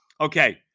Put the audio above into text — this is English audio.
Okay